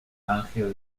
ángel